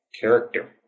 character